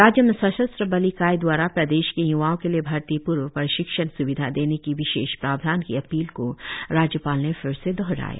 राज्य में सशस्त्र बल इकाई द्वारा प्रदेश के य्वाओ के लिए भर्ती पूर्व प्रशिक्षण स्विधा देने की विशेष प्रावधान की अपील को राज्यपाल ने फिर से दोहराया